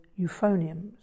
euphoniums